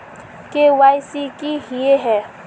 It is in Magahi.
के.वाई.सी की हिये है?